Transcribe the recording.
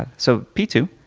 and so p two,